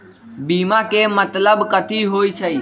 बीमा के मतलब कथी होई छई?